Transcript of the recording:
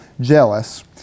jealous